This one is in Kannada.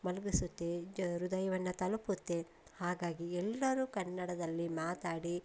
ಮಲ್ಗಿಸುತ್ತೆ ಜ ಹೃದಯವನ್ನು ತಲುಪುತ್ತೆ ಹಾಗಾಗಿ ಎಲ್ಲರೂ ಕನ್ನಡದಲ್ಲಿ ಮಾತಾಡಿ